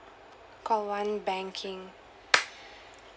call one banking